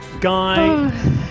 Guy